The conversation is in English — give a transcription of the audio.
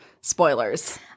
spoilers